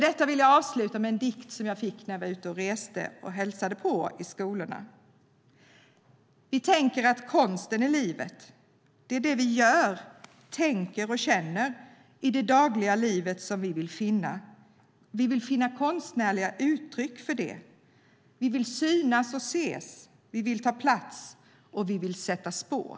Jag vill avsluta med en dikt som jag fick när jag var ute och reste och hälsade på i skolorna. Vi tänker att konsten är livet Det är det vi gör, tänker och känner i det dagliga livet som vi vill finna konstnärliga uttryck för Vi vill synas och ses Vi vill ta plats Vi vill sätta spår